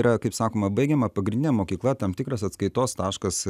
yra kaip sakoma baigiama pagrindinė mokykla tam tikras atskaitos taškas